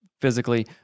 physically